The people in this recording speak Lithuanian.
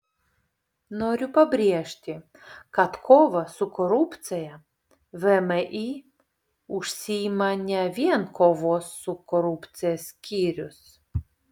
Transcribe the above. noriu pabrėžti kad kova su korupcija vmi užsiima ne vien kovos su korupcija skyrius